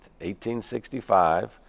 1865